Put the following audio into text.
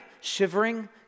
shivering